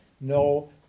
No